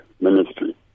ministry